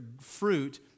fruit